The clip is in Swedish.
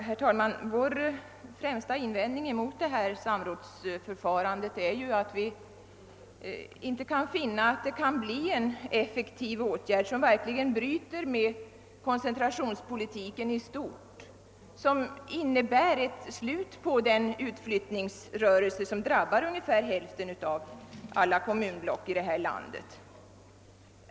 Herr talman! Vår främsta invändning mot samrådsförfarandet är att vi inte kan finna att det kan bli en effektiv åtgärd, som verkligen bryter med koncentrationspolitiken i stort och innebär ett slut på den utflyttning som drabbar ungefär hälften av alla kommunblock i det här landet.